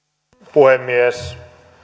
puhemies